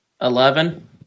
Eleven